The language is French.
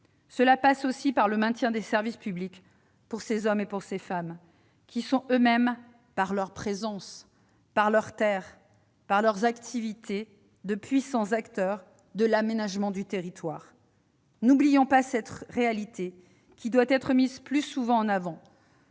Cela passe par le maintien des services publics auprès de ces hommes et de ces femmes, qui sont eux-mêmes, par leur présence sur leur terre et par leurs activités, de puissants acteurs de l'aménagement du territoire. N'oublions pas cette réalité et rappelons simplement